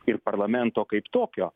ir parlamento kaip tokio